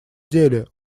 деле